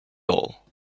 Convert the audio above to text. doll